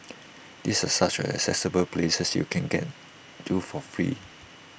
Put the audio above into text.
these are such accessible places you can get to for free